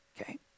Okay